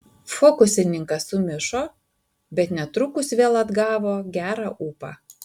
fokusininkas sumišo bet netrukus vėl atgavo gerą ūpą